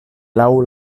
laŭ